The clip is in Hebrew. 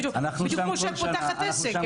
בדיוק כמו כשאת פותחת עסק,